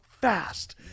fast